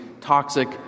toxic